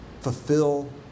Fulfill